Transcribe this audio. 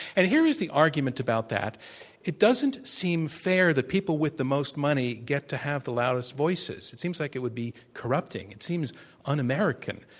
and here is the argument about that it doesn't seem they're that people with the most money get to have the loudest voices. it seems like it would be corrupting. it seems un-american.